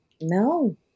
No